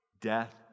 Death